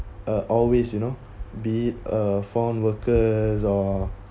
uh always you know be a foreign workers or